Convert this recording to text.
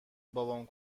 بابام